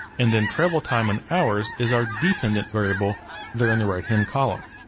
and then travel time in hours is our dependent variable there in the right hand column.